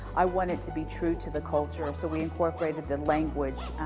i wanted to be true to the culture. um so, we incorporated the language.